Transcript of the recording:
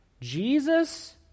Jesus